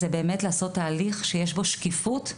הוא לעשות תהליך שיש בו שקיפות,